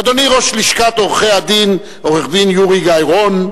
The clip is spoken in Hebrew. אדוני ראש לשכת עורכי-הדין עורך-דין יורי גיא-רון,